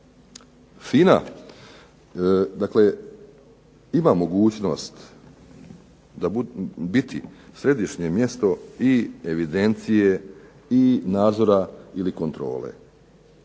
dakle ima mogućnost biti središnje mjesto i evidencije i nadzora ili kontrole.